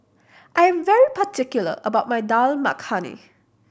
I am particular about my Dal Makhani